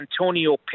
Antonio